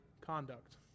conduct